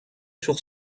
sur